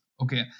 Okay